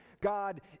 God